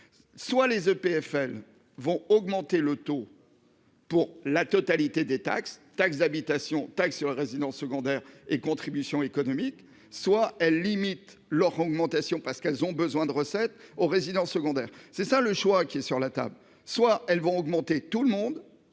Soit les EPFL vont augmenter le taux. Pour la totalité des taxes, taxe d'habitation, taxe sur les résidences secondaires et contribution économique soit elles limitent leur augmentation parce qu'elles ont besoin de recettes aux résidences secondaires. C'est ça le choix qui est sur la table, soit elles vont augmenter, tout le monde.